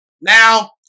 Now